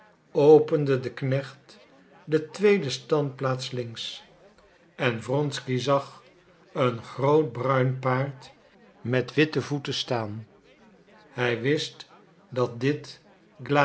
opende de knecht de tweede standplaats links en wronsky zag een groot bruin paard met witte voeten staan hij wist dat dit